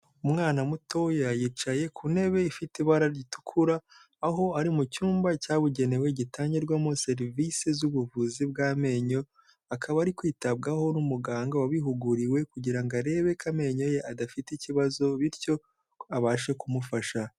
Umwana mutoya yicaye ku ntebe ifite ibara ritukura, aho ari mu cyumba cyabugenewe gitangirwamo serivisi z'ubuvuzi bw'amenyo, akaba ari kwitabwaho n'umuganga wabihuguriwe, kugira ngo arebe ko amenyo ye adafite ikibazo bityo abashe kumufasha.